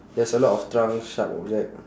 there's a lot of trunk sharp over there